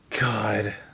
God